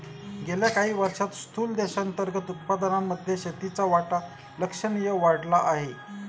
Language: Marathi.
गेल्या काही वर्षांत स्थूल देशांतर्गत उत्पादनामध्ये शेतीचा वाटा लक्षणीय वाढला आहे